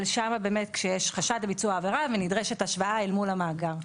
אבל שם באמת כשיש חשד לביצוע עבירה ונדרשת השוואה אל מול המאגר.